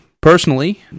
personally